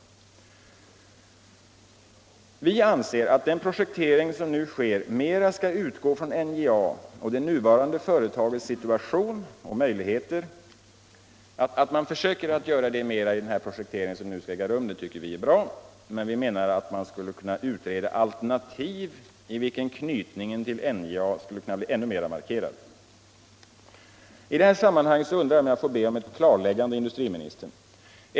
Vi anser att det är bra att man försöker se till att den projektering som nu sker mer skall utgå från NJA och det nuvarande företagets situation och möjligheter. Men vi menar att man skulle kunna utreda alternativ, i vilka knytningen till NJA skulle kunna bli ännu mer markerad. I det här sammanhanget undrar jag om jag får be om ett klarläggande av industriministern.